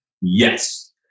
Yes